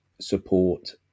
support